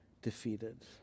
defeated